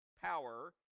power